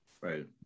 Right